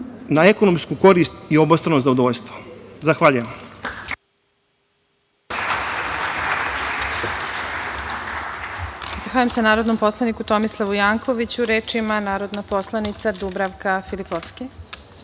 na ekonomsku korist i obostrano zadovoljstvo. Zahvaljujem.